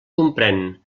comprén